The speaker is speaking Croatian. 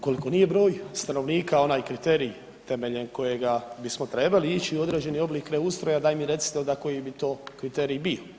Ukoliko nije broj stanovnika onaj kriterij temeljem kojega bismo trebali ići u određeni oblik preustroja, daj mi recite onda koji bi to kriterij bio.